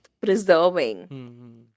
preserving